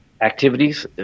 activities